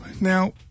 now